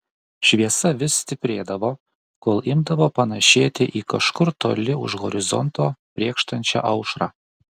šviesa vis stiprėdavo kol imdavo panašėti į kažkur toli už horizonto brėkštančią aušrą